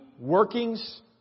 workings